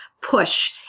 push